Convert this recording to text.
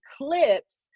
eclipse